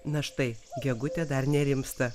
na štai gegutė dar nerimsta